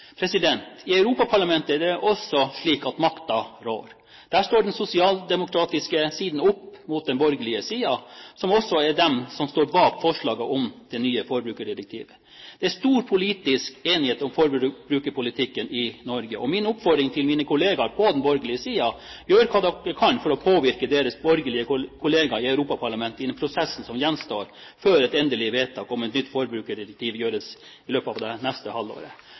I Europaparlamentet er det også slik at makta rår. Der står den sosialdemokratiske siden opp mot den borgerlige siden, som også er den som står bak forslaget om det nye forbrukerdirektivet. Det er stor politisk enighet om forbrukerpolitikken i Norge. Min oppfordring til mine kollegaer på den borgerlige siden er: Gjør hva dere kan for å påvirke deres borgerlige kollegaer i Europaparlamentet i den prosessen som gjenstår, før et endelig vedtak om et nytt forbrukerdirektiv gjøres i løpet av det neste halvåret.